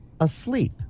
asleep